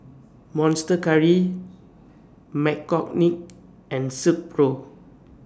Monster Curry McCormick and Silkpro